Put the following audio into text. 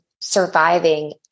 surviving